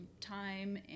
time